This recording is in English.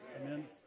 Amen